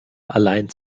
allein